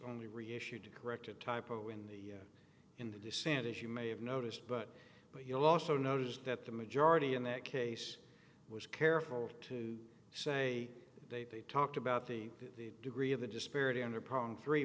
only reissued to correct a typo in the in the dissent as you may have noticed but but you also noticed that the majority in that case was careful to say they talked about the degree of the disparity under pong three